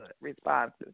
responses